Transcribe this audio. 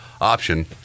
option